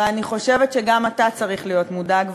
ואני חושבת שגם אתה צריך להיות מודאג,